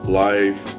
life